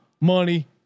money